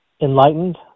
enlightened